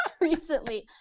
recently